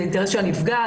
זה האינטרס של הנפגע,